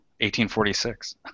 1846